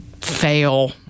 fail